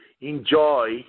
enjoy